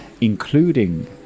including